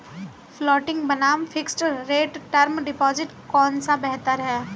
Floating बनाम fixed rate term deposit कौन सा बेहतर है?